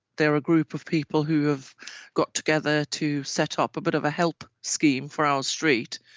they're a group of people who have got together to set up a bit of a help scheme for our street.